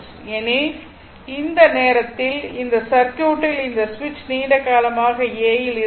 ஏனெனில் அந்த நேரத்தில் இந்த சர்க்யூட் ல் இந்த சுவிட்ச் நீண்ட காலமாக a இல் இருந்தது